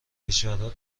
کشورهای